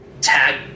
tag